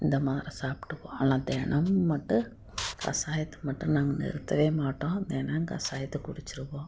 இந்த மாரி சாப்பிட்டுக்குவோம் ஆனால் தினமும் மட்டும் கசாயத்தை மட்டும் நாங்கள் நிறுத்தவே மாட்டோம் தினம் கசாயத்தை குடிச்சிவிடுவோம்